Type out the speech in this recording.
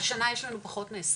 השנה יש לנו פחות מ-20.